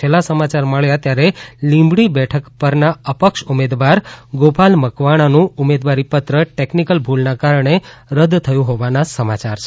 છેલ્લા સમાચાર મળ્યા ત્યારે લીંબડી બેઠક પરના અપક્ષ ઉમેદવાર ગોપાલ મકવાણાનું ઉમેદવારીપત્ર ટેકનીકલ ભૂલના કારણે રદ થયું હોવાના સમાચાર છે